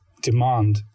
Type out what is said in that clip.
demand